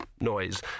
noise